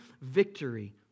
victory